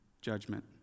judgment